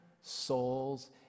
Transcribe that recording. souls